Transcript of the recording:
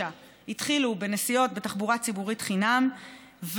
התחילו בנסיעות בתחבורה ציבורית חינם,